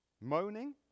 Moaning